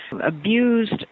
abused